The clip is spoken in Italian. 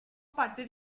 parte